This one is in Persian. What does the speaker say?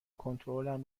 کنترلم